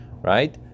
right